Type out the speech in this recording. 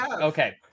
okay